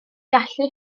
gallu